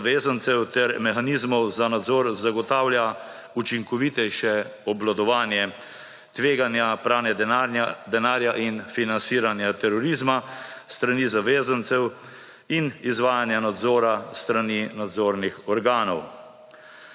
zavezancev ter mehanizmov za nadzor zagotavlja učinkovitejše obvladovanje tveganja pranja denarja in financiranja terorizma s strani zavezancev in izvajanja nadzora s strani nadzornih organov.